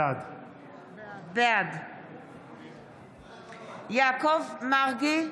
בעד יעקב מרגי,